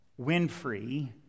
Winfrey